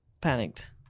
panicked